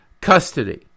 custody